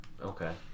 Okay